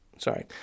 sorry